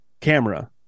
Camera